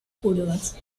curvas